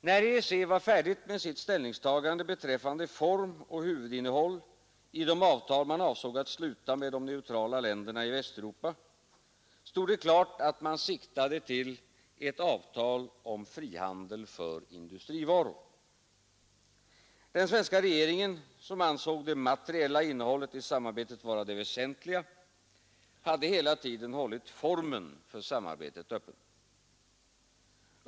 När EEC var färdigt med sitt ställningstagande beträffande form och innehåll i de avtal man avsåg att sluta med de neutrala länderna i Västeuropa, stod det klart att man siktade till ett avtal om frihandel för industrivaror. Den svenska regeringen, som ansåg det materiella innehållet i samarbetet vara det väsentliga, hade hela tiden hållit formen för samarbetet öppen.